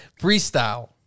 freestyle